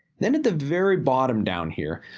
then, at the very bottom down here.